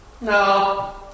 No